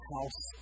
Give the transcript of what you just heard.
House